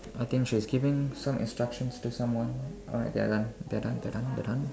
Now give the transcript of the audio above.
I think she's giving some instructions to someone or like they're done they're done they're done